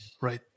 Right